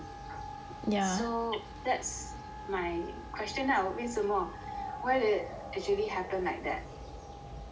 so that's my question ah 为什么 why it actually happened like that yeah